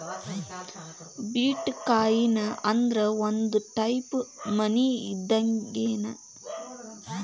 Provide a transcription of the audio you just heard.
ಬಿಟ್ coin ಅಂದ್ರ ಒಂದ type money ಇದ್ದಂಗ್ಗೆನ್